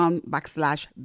backslash